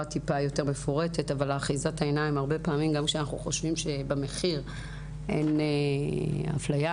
אבל אחיזת העיניים היא הרבה פעמים כשאנחנו חושבים שהמחיר לא מגלם אפליה,